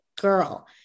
girl